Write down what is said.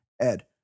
Ed